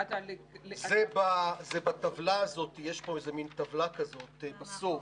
זה בטבלה בסוף.